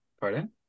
Pardon